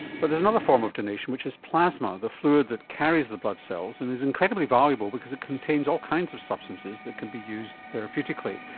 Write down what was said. but there is another form of donation which is plasma, the fluid that carries the blood cells and is incredibly valuable because it contains all kinds of substances that can be used therapeutically,